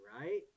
Right